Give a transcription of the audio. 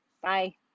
bye